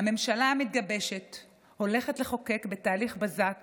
הממשלה המתגבשת הולכת לחוקק בתהליך בזק